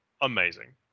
amazing